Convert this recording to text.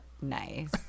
nice